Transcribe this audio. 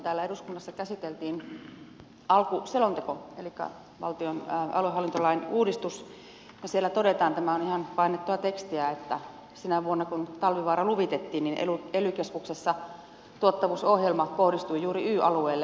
täällä eduskunnassa käsiteltiin alku selonteko elikkä valtion aluehallintolain uudistus ja siellä todetaan tämä on ihan painettua tekstiä että sinä vuonna kun talvivaara luvitettiin ely keskuksissa tuottavuusohjelma kohdistui juuri y alueelle